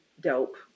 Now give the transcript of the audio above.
dope